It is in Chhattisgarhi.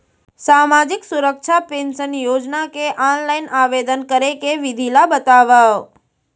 सामाजिक सुरक्षा पेंशन योजना के ऑनलाइन आवेदन करे के विधि ला बतावव